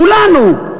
כולנו,